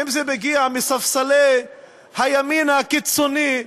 אם זה מגיע מספסלי הימין הקיצוני,